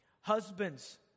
Husbands